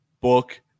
book